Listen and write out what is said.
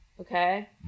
okay